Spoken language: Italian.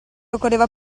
occorreva